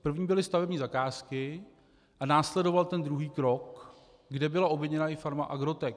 První byly stavební zakázky a následoval druhý krok, kde byla obviněna i firma Agrotec.